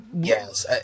yes